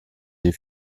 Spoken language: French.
des